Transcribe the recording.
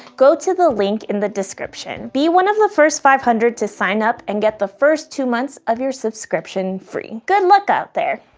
go to the link in the description. be one of the first five hundred to sign up and get the first two months of your subscription free. good luck out there!